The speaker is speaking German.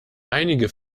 einige